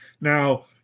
Now